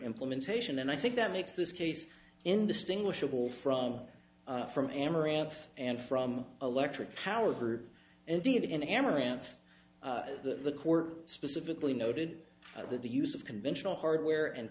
implementation and i think that makes this case indistinguishable from from amaranth and from electric power group and indeed in amaranth the court specifically noted that the use of conventional hardware and